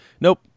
nope